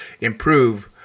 improve